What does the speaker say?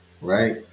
Right